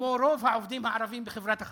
כמו רוב העובדים הערבים בחברת החשמל,